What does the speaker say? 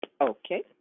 Okay